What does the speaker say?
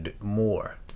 more